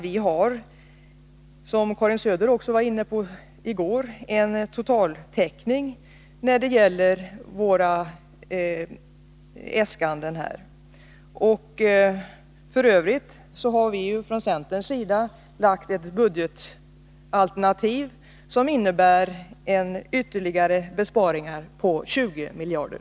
Vi har, som Karin Söder var inne på i går, en total täckning när det gäller våra äskanden. F. ö. har vi från centerns sida föreslagit ett budgetalternativ som innebär ytterligare besparingar på 20 miljarder.